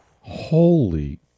holy